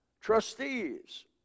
Trustees